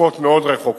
בתקופות מאוד רחוקות,